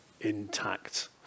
intact